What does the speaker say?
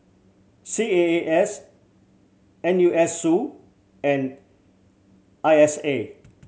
C A A S N U S and I S A